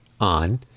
on